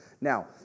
Now